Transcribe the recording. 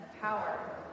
power